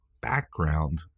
background